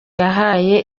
yahaye